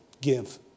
give